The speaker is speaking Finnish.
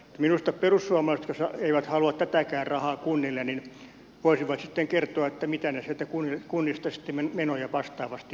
minusta perussuomalaiset jotka eivät halua tätäkään rahaa kunnille voisivat sitten kertoa mitä he sieltä kunnista sitten menoja vastaavasti vähentävät